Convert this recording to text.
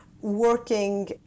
working